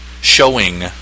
showing